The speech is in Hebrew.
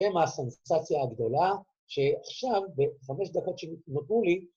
‫הם הסנסציה הגדולה, ‫שעכשיו, בחמש דקות שנותרו לי...